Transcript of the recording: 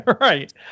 Right